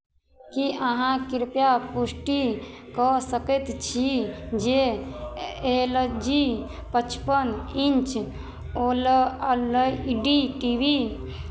की अहाँ कृपया पुष्टि कऽ सकैत छी जे एल जी पचपन inch O L E D T V